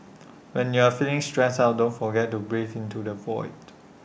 when you're feeling stressed out don't forget to breathe into the void